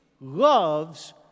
loves